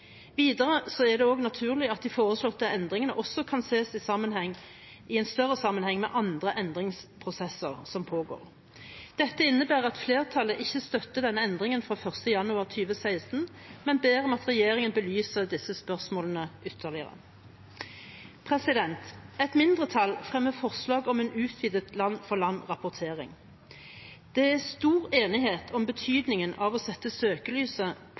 Videre er det naturlig at de foreslåtte endringene også kan ses i en større sammenheng med andre endringsprosesser som pågår. Dette innebærer at flertallet ikke støtter denne endringen fra 1. januar 2016, men ber om at regjeringen belyser disse spørsmålene ytterligere. Et mindretall fremmer forslag om en utvidet land-for-land-rapportering. Det er stor enighet om betydningen av å sette søkelyset